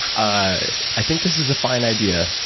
i i think this is a fine idea.